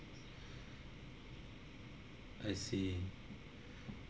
I see